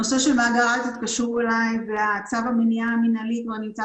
נושא של מאגר קשור אולי וצו המניעה המינהלי כבר נמצא